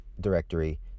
directory